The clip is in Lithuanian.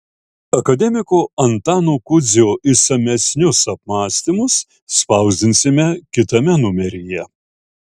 akademiko antano kudzio išsamesnius apmąstymus spausdinsime kitame numeryje